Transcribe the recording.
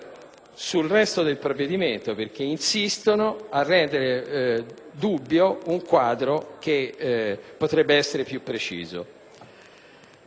sul resto del provvedimento, perché insistono a rendere dubbio un quadro che potrebbe essere più preciso.